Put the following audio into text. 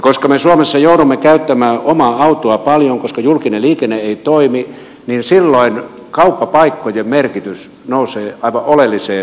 koska me suomessa joudumme käyttämään omaa autoa paljon koska julkinen liikenne ei toimi niin silloin kauppapaikkojen merkitys nousee aivan oleelliseen asemaan